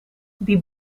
die